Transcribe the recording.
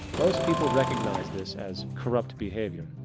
most people recognize this as corrupt behavior.